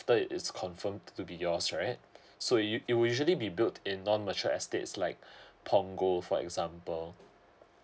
it's confirm to be yours right so it will usually be built in non mature estates like punggol for example